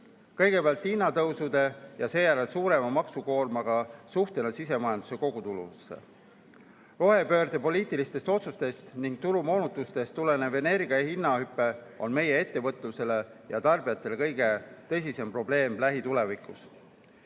kõigepealt hinnatõusude ja seejärel suurema maksukoormaga suhtena sisemajanduse kogutulusse. Rohepöörde poliitilistest otsustest ning turumoonutustest tulenev energiahinnahüpe on meie ettevõtlusele ja tarbijatele kõige tõsisem probleem lähitulevikus.